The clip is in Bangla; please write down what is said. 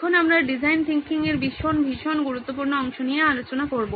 এখন আমরা ডিজাইন থিংকিং এর ভীষণ ভীষণ গুরুত্বপূর্ণ অংশ নিয়ে আলোচনা করব